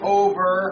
over